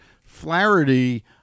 Flaherty